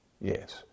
Yes